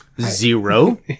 Zero